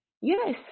Yes